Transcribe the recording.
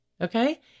Okay